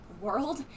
world